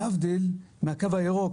להבדיל מהקו הירוק,